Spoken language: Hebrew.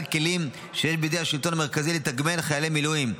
כלים שיש בידי השלטון המרכזי לתגמל חיילי מילואים.